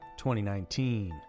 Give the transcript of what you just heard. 2019